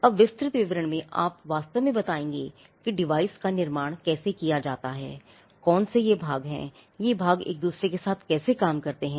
अब विस्तृत विवरण में आप वास्तव में बताएंगे कि डिवाइस का निर्माण कैसे किया जाता हैकौन से भाग हैंये भाग एक दूसरे के साथ कैसे काम करते हैं